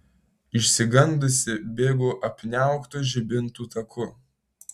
išsigandusi bėgu apniauktu žibintų taku